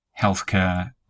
healthcare